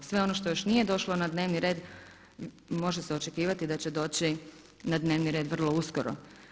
Svo ono što još nije došlo na dnevni red, može se očekivati da će doći na dnevni red vrlo uskoro.